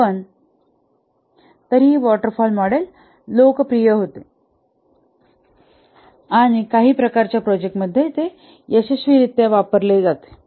पण तरीही waterfall model लोकप्रिय होते आणि काही प्रकारच्या प्रोजेक्ट मध्येही यशस्वीरित्या वापरलेले जाते